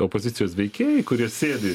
opozicijos veikėjai kurie sėdi